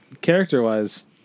character-wise